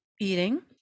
Eating